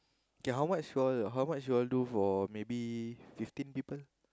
okay how much for how much you all do for maybe fifteen people